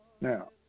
Now